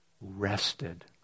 rested